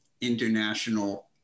international